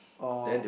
oh